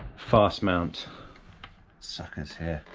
fast mount suckers here,